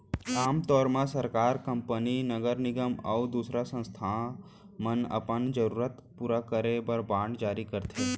आम तौर म सरकार, कंपनी, नगर निगम अउ दूसर संस्था मन अपन जरूरत पूरा करे बर बांड जारी करथे